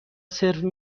سرو